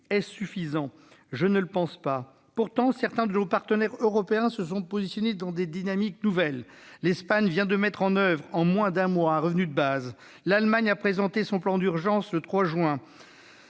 Est-ce suffisant ? Je ne le pense pas. Pourtant, certains de nos partenaires européens se sont engagés dans des dynamiques nouvelles : l'Espagne vient de mettre en oeuvre un revenu de base en moins d'un mois ; l'Allemagne a présenté son plan d'urgence le 3 juin